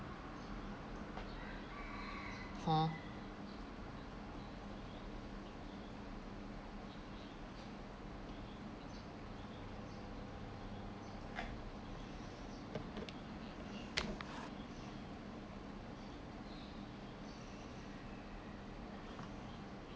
hor